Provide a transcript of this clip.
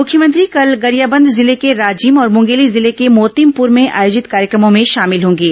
मुख्यमंत्री कल गरियाबंद जिले के राजिम और मुंगेली जिले के मोतिमपुर में आयोजित कार्यक्रमों में शामिल होंगे